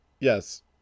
Yes